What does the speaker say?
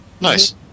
Nice